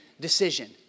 decision